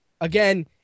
again